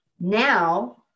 now